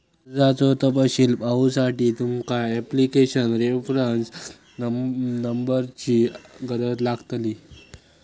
कर्जाचो तपशील पाहुसाठी तुमका ॲप्लीकेशन रेफरंस नंबरची गरज लागतली